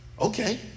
Okay